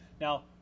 Now